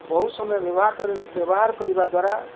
ବହୁ ସମୟ ବ୍ୟବହାର କରି ବ୍ୟବହାର କରିବା ଦ୍ୱାରା